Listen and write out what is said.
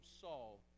Saul